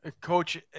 Coach